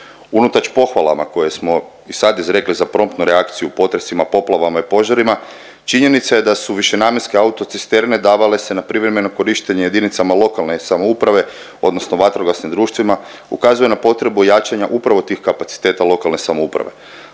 Unatoč pohvalama koje smo i sad izrekli za promptnu reakciju u potresima, poplavama i požarima, činjenica je da su višenamjenske autocisterne davale se na privremeno korištenje JLS odnosno vatrogasnim društvima, ukazuje na potrebu jačanja upravo tih kapaciteta lokalne samouprave.